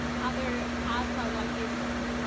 other ads are like this one,